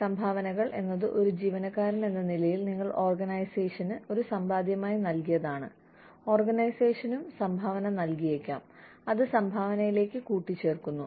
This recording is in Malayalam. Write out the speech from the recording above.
സംഭാവനകൾ എന്നത് ഒരു ജീവനക്കാരൻ എന്ന നിലയിൽ നിങ്ങൾ ഓർഗനൈസേഷന് ഒരു സമ്പാദ്യമായി നൽകിയതാണ് ഓർഗനൈസേഷനും സംഭാവന നൽകിയേക്കാം അത് സംഭാവനയിലേക്ക് കൂട്ടിച്ചേർക്കുന്നു